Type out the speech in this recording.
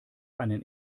einen